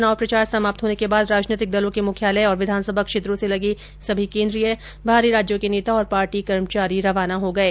चुनाव प्रचार समाप्त होने के बाद राजनैतिक दलों के मुख्यालय और विधानसभा क्षेत्रों से लगे सभी केन्द्रीय बाहरी राज्यों के नेता और पार्टी कर्मचारी रवाना हो गये